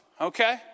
okay